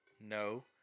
no